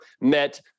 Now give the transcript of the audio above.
met